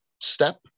step